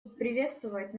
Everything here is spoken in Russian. приветствовать